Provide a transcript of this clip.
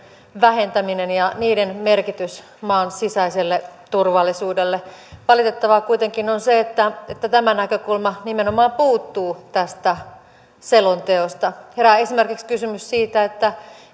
vähentäminen ja niiden merkitys maan sisäiselle turvallisuudelle valitettavaa kuitenkin on se että että tämä näkökulma nimenomaan puuttuu tästä selonteosta herää esimerkiksi kysymys siitä